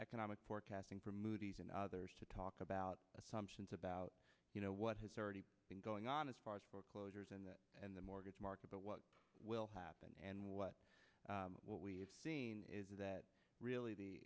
economic forecasting from moody's and others to talk about assumptions about you know what has already been going on as far as foreclosures and and the mortgage market but what will happen and what what we have seen is that really the